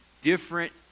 different